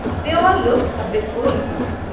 they all look a bit old to me.